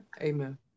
Amen